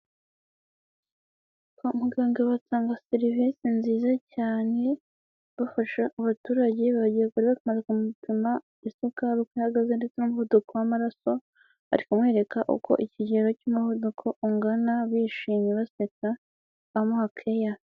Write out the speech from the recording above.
Kwa muganga batanga serivisi nziza cyane, bafasha abaturage bagiye batandukanye mu kubapima isukari uko ihagaze, ndetse' umuvuduko w'amaraso ari kumwereka uko ikigero cy'umuvuduko ungana bishimye baseka amuha keya.